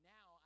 Now